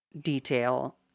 detail